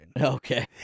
Okay